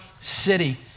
city